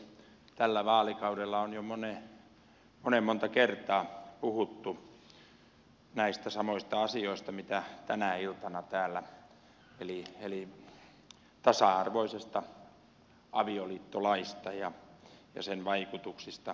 tällä vaalikaudella on jo monen monta kertaa puhuttu näistä samoista asioista kuin tänä iltana täällä eli tasa arvoisesta avioliittolaista ja sen vaikutuksista yhteiskunnassa